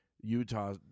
Utah